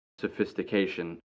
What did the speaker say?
sophistication